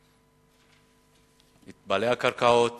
את בעלי הקרקעות